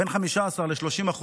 בין 15% ל-30%,